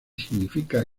significa